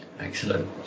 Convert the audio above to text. Excellent